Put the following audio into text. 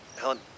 Helen